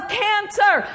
cancer